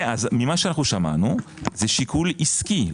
שמענו שזה שיקול עסקי.